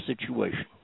situation